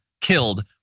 killed